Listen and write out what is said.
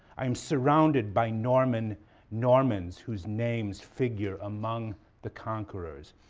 i am surrounded by normans normans whose names figure among the conquerors.